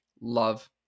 love